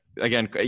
Again